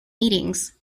meetings